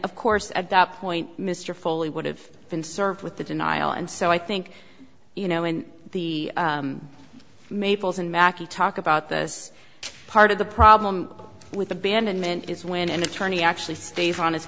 of course at that point mr foley would have been served with the denial and so i think you know when the maples and mackie talk about this part of the problem with abandonment is when an attorney actually stays on his